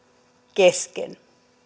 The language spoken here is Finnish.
kesken